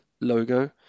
logo